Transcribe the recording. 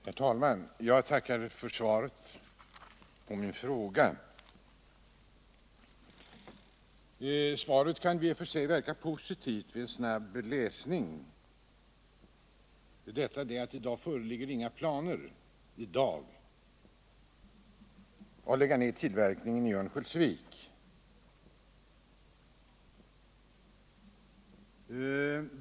Herr talman! Jag tackar för svaret på min fråga. Svaret kan vid en snabb läsning verka positivt. Där sägs att det i dag inte föreligger några planer att lägga ned tillverkningen i Örnsköldsvik.